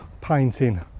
painting